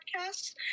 podcasts